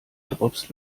drops